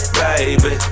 baby